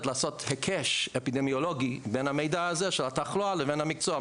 לעשות הקש אפידמיולוגי בין המידע הזה של התחלואה לבין המקצוע,